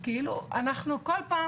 כאילו אנחנו כל פעם,